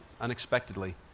unexpectedly